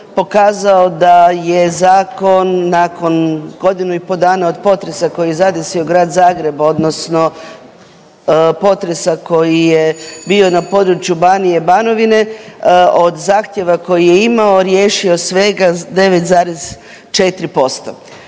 pokazao da je zakon nakon godinu i po dana od potresa koji je zadesio Grad Zagreb odnosno potresa koji je bio na području Banije i Banovine, od zahtjeva koji je imao riješio svega 9,4%.